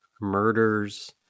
murders